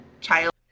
child